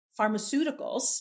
pharmaceuticals